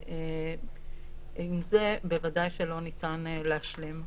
ועם זה בוודאי שלא ניתן להשלים.